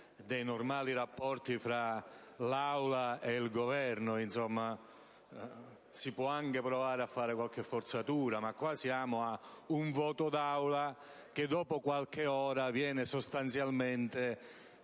dei normali rapporti tra l'Aula e il Governo. Insomma, si può anche provare a fare qualche forzatura, ma qui siamo ad un voto d'Aula che, dopo qualche ora, viene in sostanza